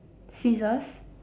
scissors